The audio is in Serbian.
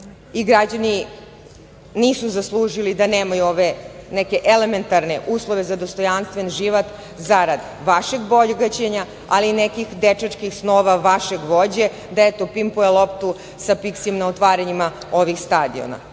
Građani nisu zaslužili da nemaju ove neke elementarne uslove za dostojanstven život, zarad vašeg bogaćenja, ali i nekih dečačkih snova vašeg vođe da, eto, pimpuje loptu sa Piksijem na otvaranjima ovih stadiona.